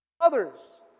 others